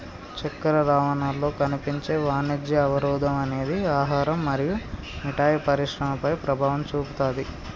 చక్కెర రవాణాలో కనిపించే వాణిజ్య అవరోధం అనేది ఆహారం మరియు మిఠాయి పరిశ్రమపై ప్రభావం చూపుతాది